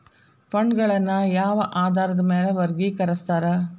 ಫಂಡ್ಗಳನ್ನ ಯಾವ ಆಧಾರದ ಮ್ಯಾಲೆ ವರ್ಗಿಕರಸ್ತಾರ